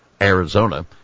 Arizona